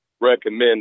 recommend